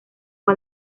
con